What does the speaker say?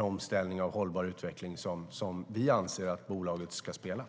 omställningen mot en hållbar utveckling, som vi anser att bolaget ska göra?